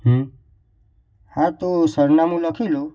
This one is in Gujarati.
હા તો સરનામું લખી લો